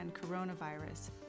coronavirus